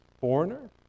foreigner